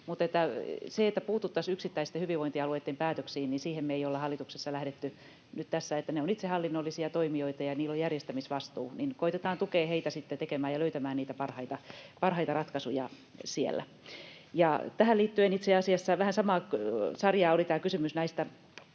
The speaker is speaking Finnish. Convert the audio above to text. että puututtaisiin yksittäisten hyvinvointialueitten päätöksiin, me ei olla hallituksessa lähdetty nyt tässä. Ne ovat itsehallinnollisia toimijoita, ja niillä on järjestämisvastuu. Koetetaan tukea heitä sitten tekemään ja löytämään niitä parhaita ratkaisuja siellä. Tähän liittyen itse asiassa vähän samaa sarjaa oli kysymys näistä